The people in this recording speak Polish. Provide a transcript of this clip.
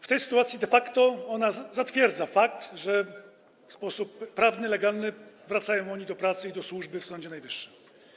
W tej sytuacji ona de facto zatwierdza fakt, że w sposób prawny, legalny wracają oni do pracy i do służby w Sądzie Najwyższym.